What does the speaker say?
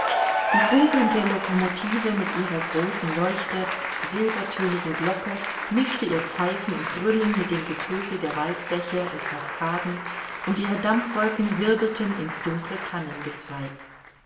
die funkelnde locomotive mit ihrer großen leuchte silbertönigen glocke mischte ihr pfeifen und brüllen mit dem getöse der waldbäche und cascaden und ihre dampfwolken wirbelten in's dunkle